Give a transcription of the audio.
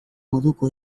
moduko